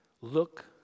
Look